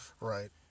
right